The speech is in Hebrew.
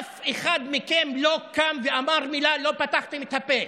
אף אחד מכם לא קם ואמר מילה, לא פתחתם את הפה.